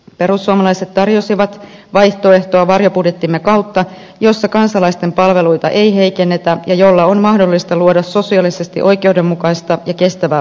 perussuomalaiset tarjosivat vaihtoehtoa varjobudjettimme kautta jossa kansalaisten palveluita ei heikennetä ja jolla on mahdollista luoda sosiaalisesti oikeudenmukaista ja kestävää politiikkaa